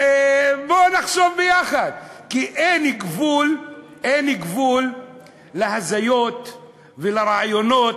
בואו נחשוב ביחד, כי אין גבול להזיות ולרעיונות